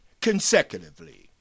consecutively